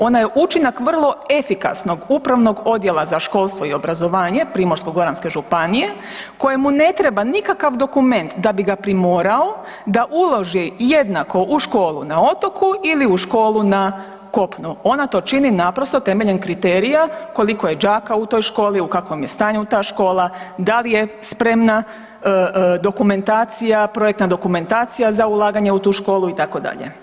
Ona je učinak vrlo efikasnog upravnog odjela za školstvo i obrazovanje Primorsko-goranske županije kojemu ne treba nikakav dokument da bi ga primorao da uloži jednako u školu na otoku ili u školu na kopnu ona to čini naprosto temeljem kriterija koliko je đaka u toj školi, u kakvom je stanju ta škola, da li je spremna dokumentacija, projektna dokumentacija za ulaganje u tu školu itd.